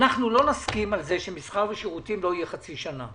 לא נסכים שבמסחר ושירותים לא יהיה לחצי שנה,